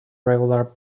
regular